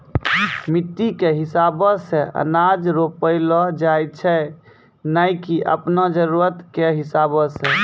मिट्टी कॅ हिसाबो सॅ अनाज रोपलो जाय छै नै की आपनो जरुरत कॅ हिसाबो सॅ